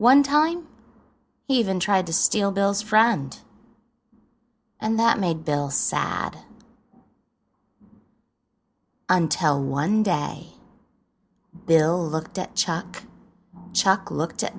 one time he even tried to steal bill's friend and that made bill sad and tell one day bill looked at chuck chuck looked at